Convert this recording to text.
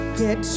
get